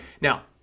Now